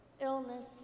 illness